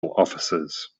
offices